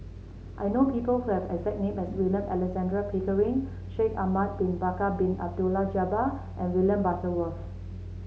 I know people who have the exact name as William Alexander Pickering Shaikh Ahmad Bin Bakar Bin Abdullah Jabbar and William Butterworth